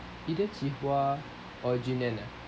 either qihua or junyuan ah